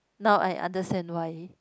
now I understand why